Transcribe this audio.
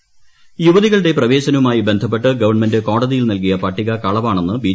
സുരേന്ദ്രൻ യുവതികളുടെ പ്രവേശനവുമായി ബന്ധപ്പെട്ട് ഗവൺമെന്റ് കോടതിയിൽ നൽകിയ പട്ടിക കളവാണെന്ന് ബി